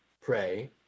pray